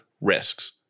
risks